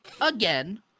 again